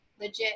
legit